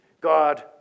God